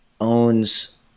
owns